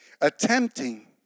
Attempting